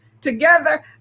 together